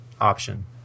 option